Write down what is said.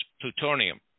plutonium